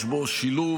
יש בו שילוב